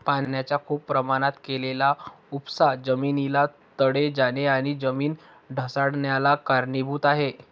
पाण्याचा खूप प्रमाणात केलेला उपसा जमिनीला तडे जाणे आणि जमीन ढासाळन्याला कारणीभूत आहे